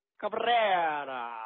Cabrera